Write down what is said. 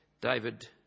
David